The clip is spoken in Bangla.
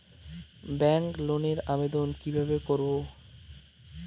ব্যাংক লোনের আবেদন কি কিভাবে করব?